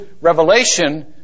Revelation